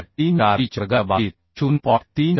34 B च्या वर्गाच्या बाबतीत 0